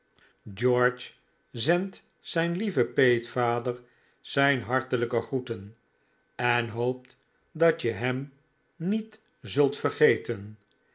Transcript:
george zendt zijn lieven peetvader zijn hartelijke groeten en hoopt dat je hem niet zult vergeten